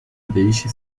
deixe